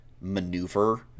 maneuver